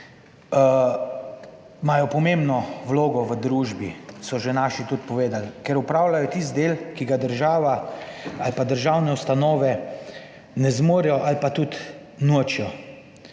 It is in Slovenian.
imajo pomembno vlogo v družbi, so že naši tudi povedali, ker opravljajo tisti del, ki ga država ali pa državne ustanove ne zmorejo, ali pa tudi nočejo.